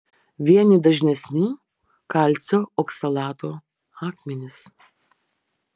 vieni dažnesnių kalcio oksalato akmenys